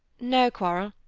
no quarrel,